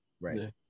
Right